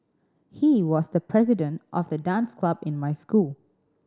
he was the president of the dance club in my school